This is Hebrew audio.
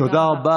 תודה רבה.